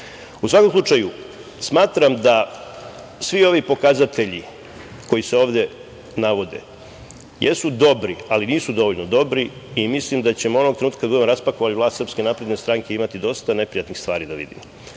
svakom slučaju, smatram da svi ovi pokazatelji koji se ovde navode jesu dobri, ali nisu dovoljno dobri i mislim da ćemo onog trenutka kada budemo raspakovali vlast SNS imati dosta neprijatnih stvari da vidimo.